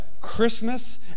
Christmas